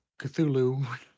Cthulhu